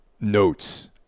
notes